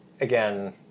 again